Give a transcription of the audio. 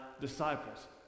disciples